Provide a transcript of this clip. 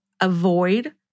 avoid